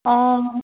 অঁ